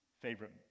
favorite